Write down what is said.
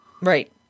right